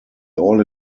all